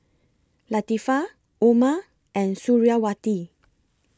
Latifa Umar and Suriawati